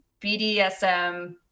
BDSM